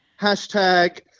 hashtag